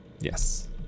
Yes